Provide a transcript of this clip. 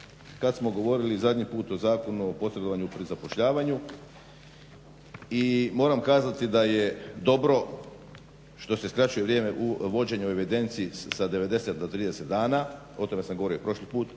kada smo govorili zadnji puta o Zakonu o posredovanju pri zapošljavanju i moram kazati da je dobro što se skraćuje vrijeme vođenja u evidenciji sa 90 na 30 dana, o tome sam govorio prošli put